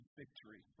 victory